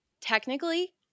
technically